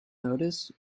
notice